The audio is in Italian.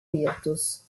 virtus